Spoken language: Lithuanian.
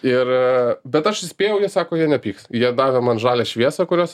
ir bet aš suspėjau jie sako jie nepyksta jie davė man žalią šviesą kurios